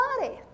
body